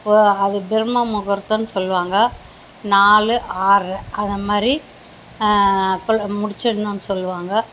இப்போது அது பிரம்ம முகூர்த்தம்னு சொல்வாங்க நாலு ஆறரை அது மாதிரி முடுச்சிடணுன்னு சொல்வாங்க